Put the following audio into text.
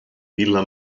villa